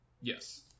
Yes